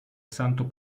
santo